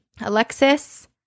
Alexis